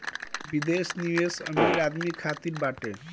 विदेश निवेश अमीर आदमी खातिर बाटे